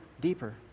deeper